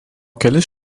kelis